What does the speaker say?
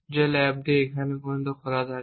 যে ল্যাবটি এই সময়ে খোলা থাকে